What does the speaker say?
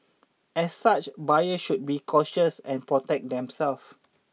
as such buyers should be cautious and protect themselves